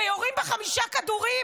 ויורים בה חמישה כדורים,